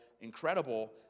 incredible